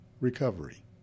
recovery